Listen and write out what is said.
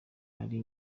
ari